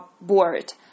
board